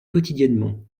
quotidiennement